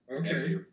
Okay